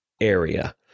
area